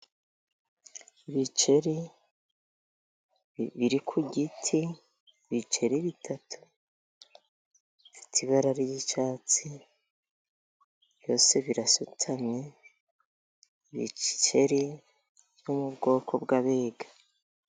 Ibikeri biri ku giti, ibiceri bitatu, bifite ibara ry'icyatsi, byose birasutamye, ibikeri biri mu bwoko bw'abega.